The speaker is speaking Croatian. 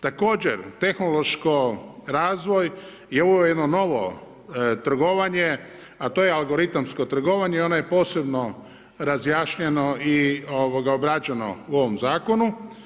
Također tehnološki razvoj je uveo jedno novo trgovanje a to je algoritamsko trgovanje i ono je posebno razjašnjeno i obrađeno u ovom zakonu.